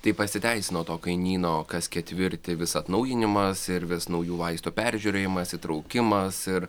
tai pasiteisino to kainyno kas ketvirtį vis atnaujinimas ir vis naujų vaistų peržiūrėjimas įtraukimas ir